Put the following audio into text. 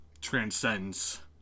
transcends